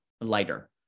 lighter